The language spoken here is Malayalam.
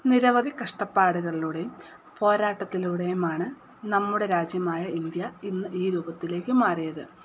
നിരവധി കഷ്ടപ്പാടുകളിലൂടെയും പോരാട്ടത്തിലൂടെയുമാണ് നമ്മുടെ രാജ്യമായ ഇന്ത്യ ഇന്ന് ഈ രൂപത്തിലേക്ക് മാറിയത്